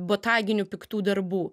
botaginių piktų darbų